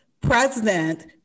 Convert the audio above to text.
president